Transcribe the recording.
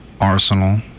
Arsenal